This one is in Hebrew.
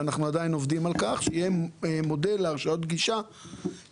ואנחנו עדיין עובדים על כך שיהיה מודל להרשאות גישה לקופות,